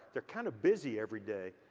they're kind of busy every day.